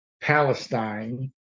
Palestine